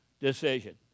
decision